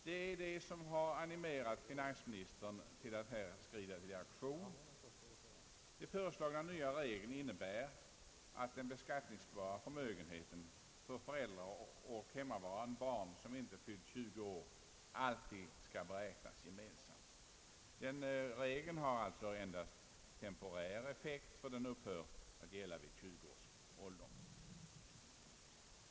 Detta har animerat finansministern till att skrida till aktion. De föreslagna nya reglerna innebär att den beskattningsbara förmögenheten för föräldrar och hemmavarande barn, som inte fyllt 20 år, alltid skall beräknas gemensamt. Detta har endast temporär effekt, eftersom det upphör att gälla vid tjugoårsåldern.